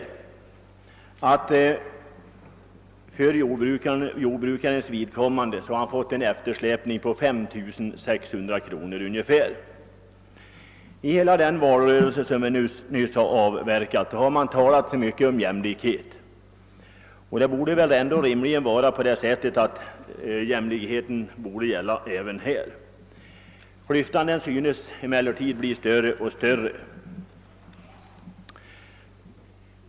Han har alltså fått vidkännas en eftersläpning på ungefär 5600 kronor. I den valrörelse vi haft i år har det talats mycket om jämlikhet, och den jämlikheten bör väl rimligen gälla även för jordbrukarna. Men i stället synes inkomstklyftan bli större och större.